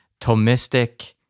Thomistic